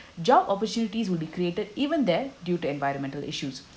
job opportunities will be created even then due to environmental issues